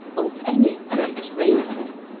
of any great rainfall,